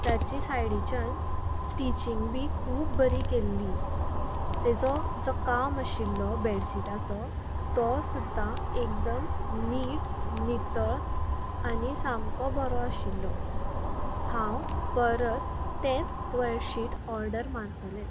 ताची सायडीच्यान स्टिचिंग बी खूब बरी केल्ली तेजो जो काम आशिल्लो बेडशीटाचो तो सुद्दां एकदम निट नितळ आनी सामको बरो आशिल्लो हांव परत तेंच बेडशीट ऑर्डर मारतलें